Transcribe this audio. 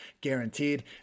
guaranteed